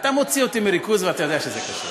אתה מוציא אותי מריכוז ואתה יודע שזה קשה.